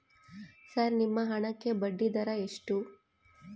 Sir ನಿಮ್ಮ ಹಣಕ್ಕೆ ಬಡ್ಡಿದರ ಎಷ್ಟು?